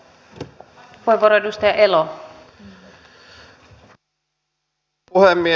arvoisa rouva puhemies